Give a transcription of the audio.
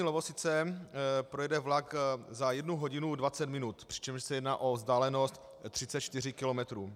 Lovosice projede vlak za jednu hodinu a dvacet minut, přičemž se jedná o vzdálenost 34 kilometrů.